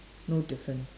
no difference